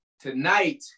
tonight